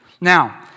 Now